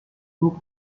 two